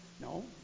no